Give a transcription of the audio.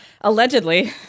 Allegedly